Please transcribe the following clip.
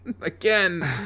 Again